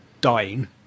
dying